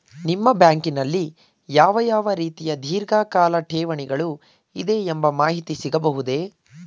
ನಿಮ್ಮ ಬ್ಯಾಂಕಿನಲ್ಲಿ ಯಾವ ಯಾವ ರೀತಿಯ ಧೀರ್ಘಕಾಲ ಠೇವಣಿಗಳು ಇದೆ ಎಂಬ ಮಾಹಿತಿ ಸಿಗಬಹುದೇ?